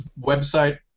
website